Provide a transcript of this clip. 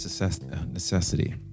necessity